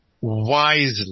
wisely